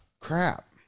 crap